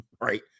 right